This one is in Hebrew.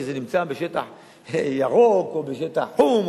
כי זה נמצא בשטח ירוק או בשטח חום,